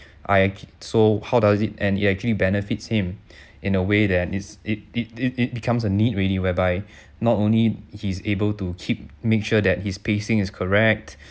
I so how does it and it actually benefits him in a way that is it it it it becomes a need already whereby not only he's able to keep make sure that his pacing is correct